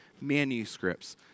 manuscripts